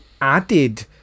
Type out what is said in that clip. added